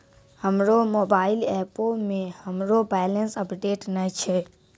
हमरो मोबाइल एपो मे हमरो बैलेंस अपडेट नै छै